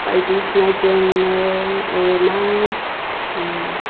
बायदिसिना जोङो मा